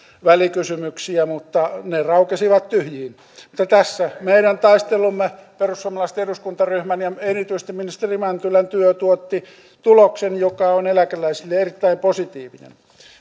välikysymyksiä mutta ne raukesivat tyhjiin tässä meidän taistelumme perussuomalaisten eduskuntaryhmän ja erityisesti ministeri mäntylän työ tuotti tuloksen joka on eläkeläisille erittäin positiivinen